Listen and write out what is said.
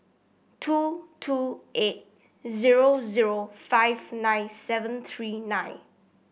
two two eight zero zero five nine seven three nine